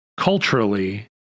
culturally